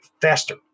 faster